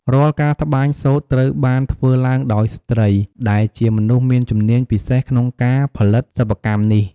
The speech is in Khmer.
រាល់ការត្បាញសូត្រត្រូវបានធ្វើឡើងដោយស្ត្រី ដែលជាមនុស្សមានជំនាញពិសេសក្នុងការផលិតសិប្បកម្មនេះ។